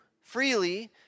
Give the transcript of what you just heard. freely